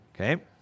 Okay